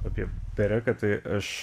apie pereką tai aš